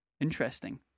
Interesting